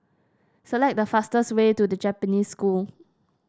select the fastest way to The Japanese School